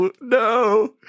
no